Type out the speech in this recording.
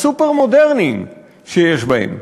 הסופר-מודרניים שיש בהן.